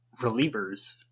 relievers